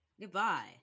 Goodbye